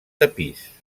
tapís